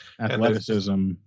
athleticism